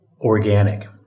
organic